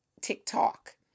TikTok